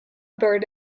bird